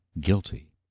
guilty